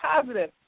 positive